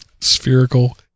Spherical